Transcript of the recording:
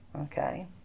Okay